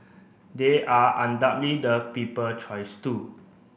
they are undoubtedly the people choice too